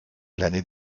l’année